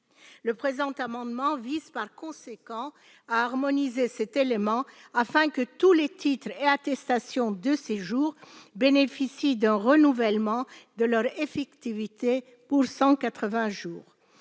Le présent amendement vise par conséquent à harmoniser cet élément afin que tous les titres et attestations de séjour bénéficient d'un renouvellement de leur effectivité pour 180 jours.